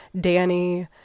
Danny